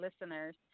listeners